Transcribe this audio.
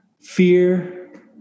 Fear